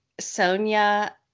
Sonia